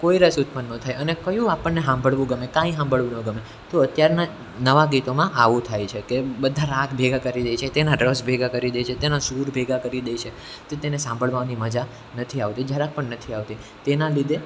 કોઈ રસ ઉત્પન્ન ન થાય અને કયું આપણને સાંભળવું ગમે કાંઈ સાંભળવું ન ગમે તો અત્યારના નવા ગીતોમાં આવું થાય છે કે બધા રાગ ભેગા કરી દે છે તેના રસ ભેગા કરી દે છે તેના સૂર ભેગા કરી દે છે તો તેને સાંભળવાની મજા નથી આવતી જરા પણ નથી આવતી તેના લીધે